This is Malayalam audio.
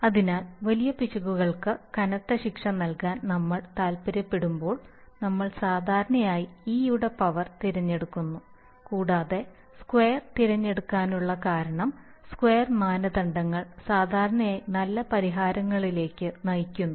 അതിനാൽ വലിയ പിശകുകൾക്ക് കനത്ത ശിക്ഷ നൽകാൻ നമ്മൾ താൽപ്പര്യപ്പെടുമ്പോൾ നമ്മൾ സാധാരണയായി ഇ യുടെ പവർ തിരഞ്ഞെടുക്കുന്നു കൂടാതെ സ്ക്വയർ തിരഞ്ഞെടുക്കാനുള്ള കാരണം സ്ക്വയർ മാനദണ്ഡങ്ങൾ സാധാരണയായി നല്ല പരിഹാരങ്ങളിലേക്ക് നയിക്കുന്നു